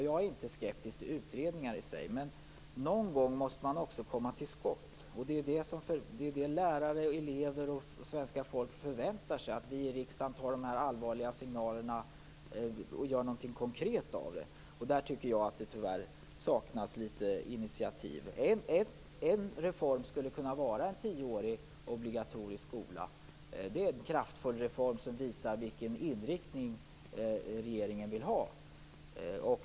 Jag är inte skeptisk till utredningar i sig, men någon gång måste man också komma till skott. Lärare, elever och svenska folket förväntar sig att vi i riksdagen tar de här signalerna på allvar och gör någonting konkret av det. Där tycker jag tyvärr att det saknas litet initiativ. En reform skulle kunna vara en tioårig obligatorisk skola. Det är en kraftfull reform som visar vilken inriktning regeringen vill ha.